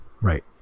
right